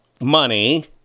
money